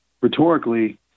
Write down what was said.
Rhetorically